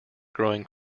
growing